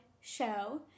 show